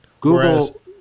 Google